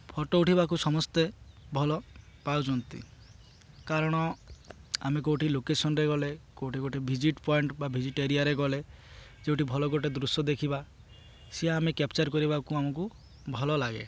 photo ଉଠାଇବାକୁ ସମସ୍ତେ ଭଲ ପାଉଛନ୍ତି କାରଣ ଆମେ କେଉଁଠି ଲୋକେସନ୍ରେ ଗଲେ କେଉଁଠି ଗୋଟେ ଭିଜିଟ୍ ପଏଣ୍ଟ୍ ବା ଭିଜିଟ୍ ଏରିଆରେ ଗଲେ ଯେଉଁଠି ଭଲ ଗୋଟେ ଦୃଶ୍ୟ ଦେଖିବା ସିଏ ଆମେ କ୍ୟାପଚର୍ କରିବାକୁ ଆମକୁ ଭଲ ଲାଗେ